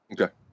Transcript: Okay